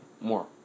more